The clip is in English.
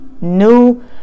New